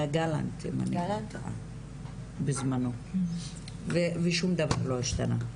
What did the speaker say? היה גלנט בזמנו ושום דבר לא השתנה,